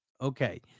okay